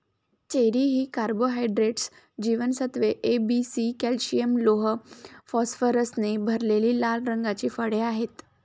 cherry ही carbohydrates, जीवनसत्त्वे A, B, C, calcium, लोह, फॉस्फरसने भरलेली लाल रंगाची फळे आहेत